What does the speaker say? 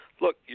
look